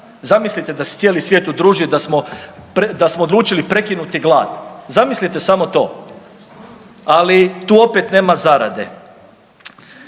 Zamislite da se cijeli svijet udružio i da smo, da smo odlučili prekinuti glad, zamislite samo to, ali tu opet nema zarade.